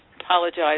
apologize